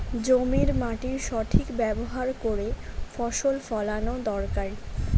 জমির মাটির সঠিক ব্যবহার করে ফসল ফলানো দরকারি